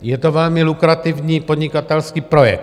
Je to velmi lukrativní podnikatelský projekt.